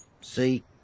See